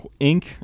Inc